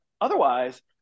otherwise